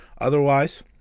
Otherwise